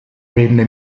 venne